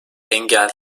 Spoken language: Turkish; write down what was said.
engel